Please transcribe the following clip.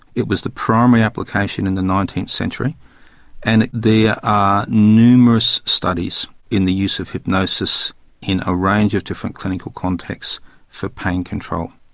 it was the primary application in the nineteenth century and there are ah numerous studies in the use of hypnosis in a range of different clinical contexts for pain control.